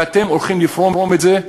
ואתם הולכים לפרום את זה,